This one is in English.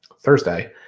Thursday